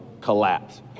collapse